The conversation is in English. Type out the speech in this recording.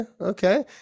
okay